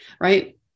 right